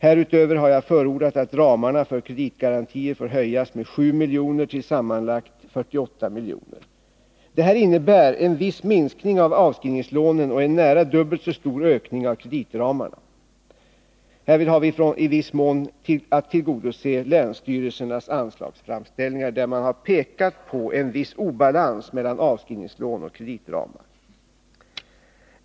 Härutöver har jag förordat att ramarna för kreditgarantier får höjas med 7 miljoner till sammanlagt 48 miljoner. Det här innebär en viss minskning av avskrivningslånen och en nära dubbelt så stor ökning av kreditramarna. Härvid har vi att i viss mån tillgodose länsstyrelsernas anslagsframställningar, där man har pekat på en viss obalans mellan avskrivningslån och kreditramar.